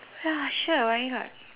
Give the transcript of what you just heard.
ya sure why not